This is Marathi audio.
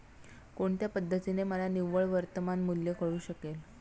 कोणत्या पद्धतीने मला निव्वळ वर्तमान मूल्य कळू शकेल?